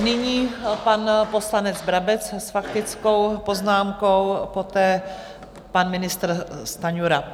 Nyní pan poslanec Brabec s faktickou poznámkou, poté pan ministr Stanjura.